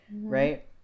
right